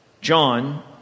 John